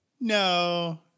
No